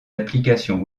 applications